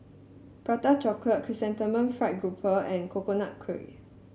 Prata Chocolate Chrysanthemum Fried Grouper and Coconut Kuih